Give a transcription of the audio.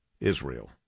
Israel